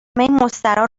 مستراح